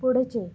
पुढचे